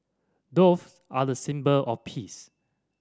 doves are the symbol of peace